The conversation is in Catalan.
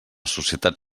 societat